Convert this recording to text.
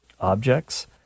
objects